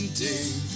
day